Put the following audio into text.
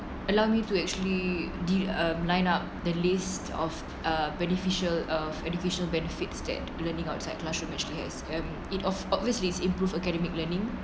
allow me to actually do a line up the list of uh beneficial of educational benefits that learning outside classroom actually has um it of obviously improved academic learning